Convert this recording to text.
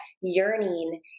yearning